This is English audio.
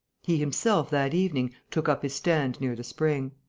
he himself, that evening, took up his stand near the spring.